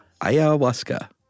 ayahuasca